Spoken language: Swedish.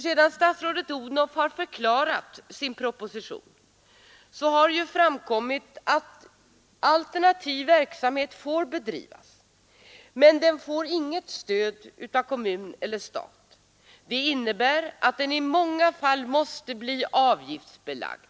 Sedan statsrådet Odhnoff har förklarat sin proposition har det ju framkommit att alternativ verksamhet får bedrivas, men den får inget stöd av kommun eller stat. Det innebär att den i många fall måste bli avgiftsbelagd.